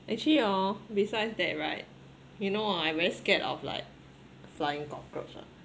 actually orh besides that right you know ah I very scared of like flying cockroach lah